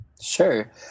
Sure